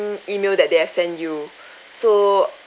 email that they have sent you so